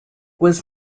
was